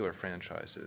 franchises